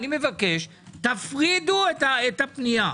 אני מבקש, תפרידו את הפנייה.